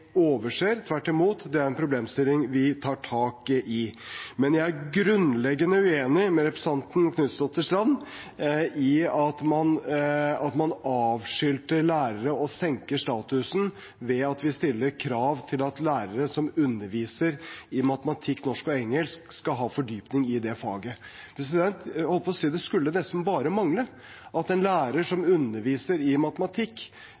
overser – tvert imot. Det er en problemstilling vi tar tak i. Men jeg er grunnleggende uenig med representanten Knutsdatter Strand i at man avskilter lærere og senker statusen ved at vi stiller krav om at lærere som underviser i matematikk, norsk og engelsk, skal ha fordypning i faget. Det skulle nesten bare mangle at en lærer som underviser i matematikk,